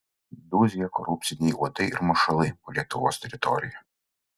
dūzgia korupciniai uodai ir mašalai po lietuvos teritoriją